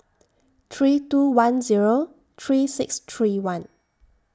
three two one Zero three six three one